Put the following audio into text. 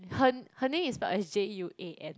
her her name is spelled as J U A N